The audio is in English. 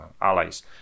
allies